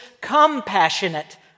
compassionate